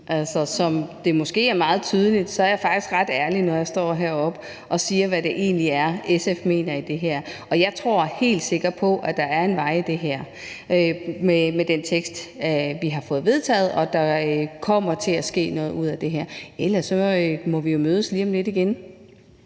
Som det måske er meget tydeligt, er jeg faktisk ret ærlig, når jeg står heroppe og siger, hvad det egentlig er, SF mener om det her. Jeg tror helt sikkert på, at der er en vej i det her med den vedtagelsestekst, vi har fået fremsat, og at der kommer til at ske noget af det her. Ellers må vi jo mødes lige om lidt igen.